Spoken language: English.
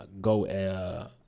go